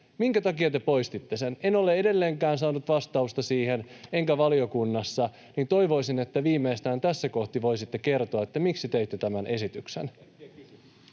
Minkä takia te poistitte sen? En ole edelleenkään saanut vastausta siihen, en myöskään valiokunnassa, ja toivoisin, että viimeistään tässä kohtaa voisitte kertoa, miksi teitte tämän esityksen.